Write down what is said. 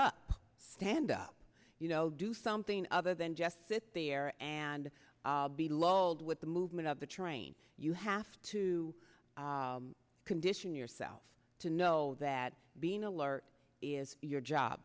up stand up you know do something other than just sit there and be lulled with the movement of the train you have to condition yourself to know that being alert is your job